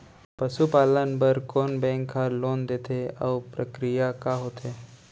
पसु पालन बर कोन बैंक ह लोन देथे अऊ प्रक्रिया का होथे?